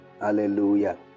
hallelujah